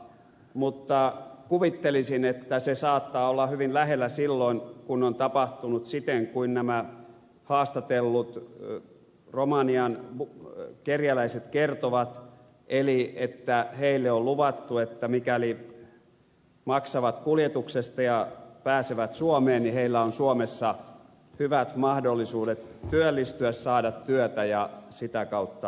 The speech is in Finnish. mutta kuvittelisin että se saattaa olla hyvin lähellä silloin kun on tapahtunut siten kuin nämä haastatellut romanian kerjäläiset kertovat eli että heille on luvattu että mikäli maksavat kuljetuksesta ja pääsevät suomeen niin heillä on suomessa hyvät mahdollisuudet työllistyä saada työtä ja sitä kautta ansiota